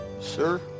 Sir